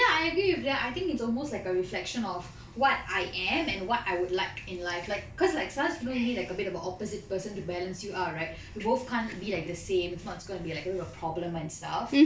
ya I agree with that I think it's almost like a reflection of what I am and what I would like in life like cause like first you know you need like a bit of an opposite person to balance you up right we both can't be like the same if not it's going to be like a bit of problem and stuff